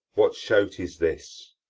what shout is this?